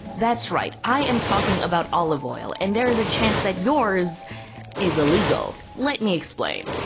that's right, i am talking about olive oil and there is a chance that yours is illegal. let me explain.